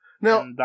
Now